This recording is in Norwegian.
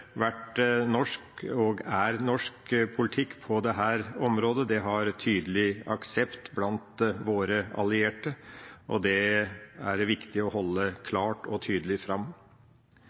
vært og er norsk politikk på dette området, har tydelig aksept blant våre allierte, og det er det viktig å holde klart og tydelig fram.